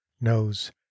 knows